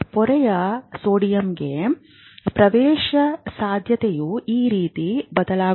ಪೊರೆಯ ಸೋಡಿಯಂಗೆ ಪ್ರವೇಶಸಾಧ್ಯತೆಯು ಈ ರೀತಿ ಬದಲಾಗುತ್ತದೆ